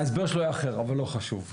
ההסבר שלו היה אחר אבל לא חשוב.